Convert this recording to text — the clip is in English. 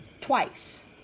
twice